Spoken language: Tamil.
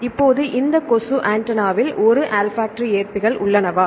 இப்போது இந்த கொசு ஆண்டெனாவில் சில ஆல்ஃபாக்டரி ஏற்பிகள் உள்ளனவா